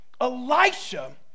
Elisha